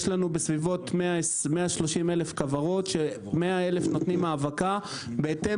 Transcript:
יש לנו בסביבות 130,000 כוורות ש-100,000 נותנים האבקה בהתאם